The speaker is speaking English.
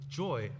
joy